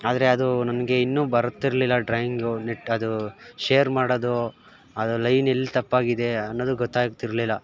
ಆದರೆ ಅದೂ ನನಗೆ ಇನ್ನೂ ಬರುತ್ತಿರಲಿಲ್ಲ ಡ್ರಾಯಿಂಗು ನೆಟ್ ಅದು ಶೇರ್ ಮಾಡೋದು ಅದು ಲೈನ್ ಎಲ್ಲಿ ತಪ್ಪಾಗಿದೆ ಅನ್ನೋದು ಗೊತಾಗ್ತಿರಲಿಲ್ಲ